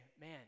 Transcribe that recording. man